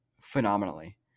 phenomenally